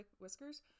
whiskers